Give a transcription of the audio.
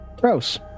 Gross